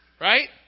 right